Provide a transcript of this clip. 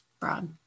broad